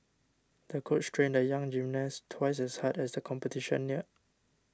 the coach trained the young gymnast twice as hard as the competition neared